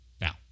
Now